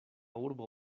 urbo